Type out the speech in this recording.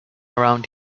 around